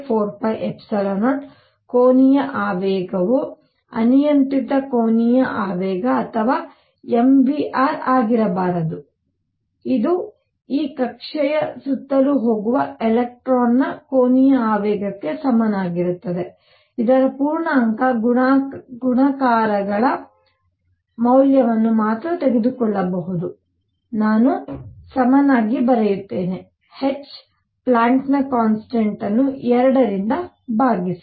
ಕೋನೀಯ ಆವೇಗವು ಅನಿಯಂತ್ರಿತ ಕೋನೀಯ ಆವೇಗ ಅಥವಾ m v r ಆಗಿರಬಾರದು ಇದು ಈ ಕಕ್ಷೆಯ ಸುತ್ತಲೂ ಹೋಗುವ ಎಲೆಕ್ಟ್ರಾನ್ನ ಕೋನೀಯ ಆವೇಗಕ್ಕೆ ಸಮನಾಗಿರುತ್ತದೆ ಇದರ ಪೂರ್ಣಾಂಕ ಗುಣಾಕಾರಗಳ ಮೌಲ್ಯಗಳನ್ನು ಮಾತ್ರ ತೆಗೆದುಕೊಳ್ಳಬಹುದು ನಾನು ಸಮನಾಗಿ ಬರೆಯುತ್ತೇನೆ h ಪ್ಲ್ಯಾಂಕ್ನ ಕಾನ್ಸ್ಟೆನ್ಟ್ ಅನ್ನು 2 ರಿಂದ ಭಾಗಿಸಿ